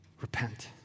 Repent